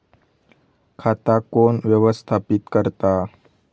खाता कोण व्यवस्थापित करता?